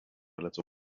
little